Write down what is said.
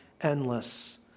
endless